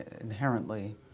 inherently